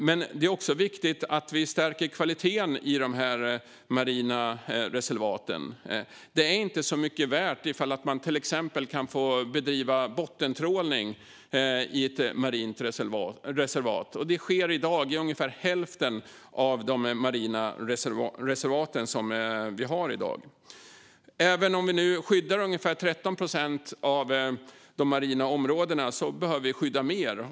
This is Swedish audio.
Men det är också viktigt att vi stärker kvaliteten i de marina reservaten. Det är inte så mycket värt om man till exempel kan få bedriva bottentrålning i ett marint reservat, och det sker i dag i ungefär hälften av våra marina reservat. Även om vi nu skyddar ungefär 13 procent av de marina områdena behöver vi skydda mer.